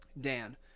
Dan